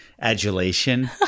adulation